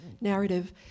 narrative